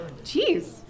Jeez